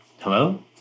Hello